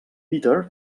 peter